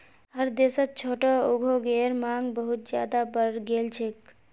हर देशत छोटो उद्योगेर मांग बहुत ज्यादा बढ़ गेल छेक